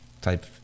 type